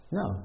no